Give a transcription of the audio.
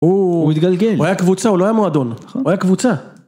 הוא התגלגל, הוא היה קבוצה, הוא לא היה מועדון, הוא היה קבוצה.